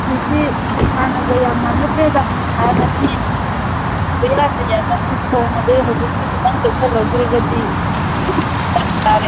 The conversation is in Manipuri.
ꯍꯧꯖꯤꯛꯇꯤ ꯑꯁ ꯍꯥꯟꯅꯒ ꯌꯥꯝ ꯃꯥꯟꯅꯗ꯭ꯔꯦꯗ ꯍꯥꯟꯅꯗꯤ ꯄꯪꯌꯥꯗ ꯌꯥꯅꯕꯅꯤ ꯐꯣꯡꯅ ꯑꯗꯩ ꯍꯧꯖꯤꯛꯇꯤ ꯈꯤꯇꯪ ꯆꯦꯛꯁꯜꯍꯧꯗ꯭ꯔꯒꯗꯤ ꯐꯔꯛ ꯇꯥꯔꯦ